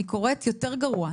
אני קוראת יותר גרוע,